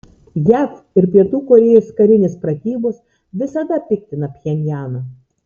jav ir pietų korėjos karinės pratybos visada piktina pchenjaną